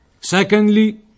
Secondly